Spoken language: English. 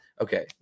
Okay